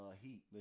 Heat